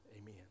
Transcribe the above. Amen